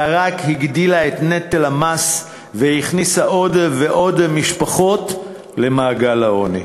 אלא רק הגדילה את נטל המס והכניסה עוד ועד משפחות למעגל העוני.